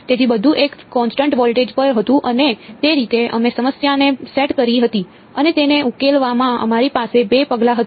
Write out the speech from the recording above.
તેથી બધું એક કોન્સટન્ટ વોલ્ટેજ પર હતું અને તે રીતે અમે સમસ્યાને સેટ કરી હતી અને તેને ઉકેલવામાં અમારી પાસે બે પગલાં હતા